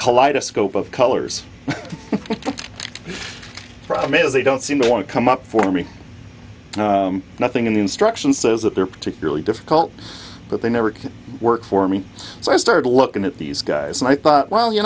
kaleidoscope of colors the problem is they don't seem to want to come up for me nothing in the instructions says that they're particularly difficult but they never work for me so i started looking at these guys and i thought well you